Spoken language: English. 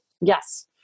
yes